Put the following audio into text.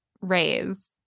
raise